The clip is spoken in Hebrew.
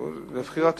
לבחירתו.